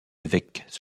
évêques